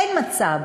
אין מצב